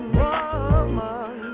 woman